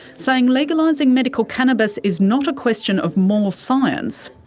saying legalising medical cannabis is not a question of more science,